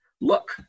Look